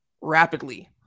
rapidly